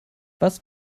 was